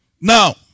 Now